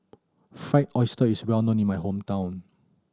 Fried Oyster is well known in my hometown